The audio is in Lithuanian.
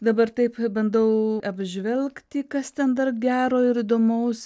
dabar taip bandau apžvelgti kas ten dar gero ir įdomaus